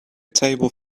table